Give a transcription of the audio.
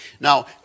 Now